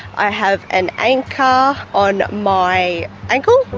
i have an anchor on my ankle.